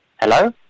Hello